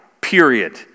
period